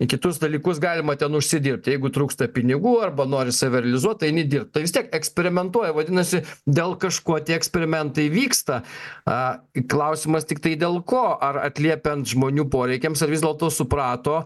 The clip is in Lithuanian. kitus dalykus galima ten užsidirbti jeigu trūksta pinigų arba nori save realizuot tai eini dirbt tai vis tiek eksperimentuoja vadinasi dėl kažko tie eksperimentai vyksta a klausimas tiktai dėl ko ar atliepiant žmonių poreikiams ar vis dėlto suprato